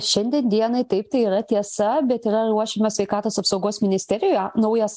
šiandien dienai taip tai yra tiesa bet yra ruošiama sveikatos apsaugos ministerijoje naujas